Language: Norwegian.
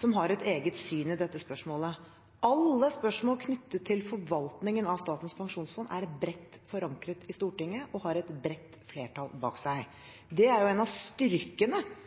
som har et eget syn i dette spørsmålet. Alle spørsmål knyttet til forvaltningen av Statens pensjonsfond er bredt forankret i Stortinget og har et bredt flertall bak seg. Det er en av styrkene